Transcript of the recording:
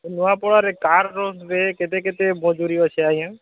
ନୂଆପଡ଼ାରେ କାର୍ କେତେ କେତେ ମଜୁରି ଅଛେ ଆଜ୍ଞା